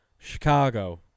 Chicago